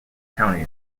county